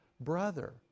brother